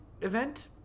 event